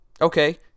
Okay